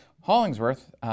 Hollingsworth